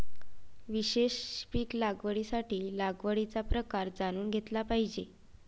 विशेष पीक लागवडीसाठी लागवडीचा प्रकार जाणून घेतला पाहिजे